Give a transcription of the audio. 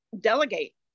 delegate